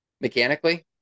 Mechanically